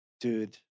Dude